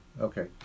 okay